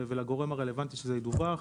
ולגורם הרלוונטי שזה ידווח.